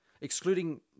Excluding